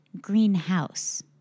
greenhouse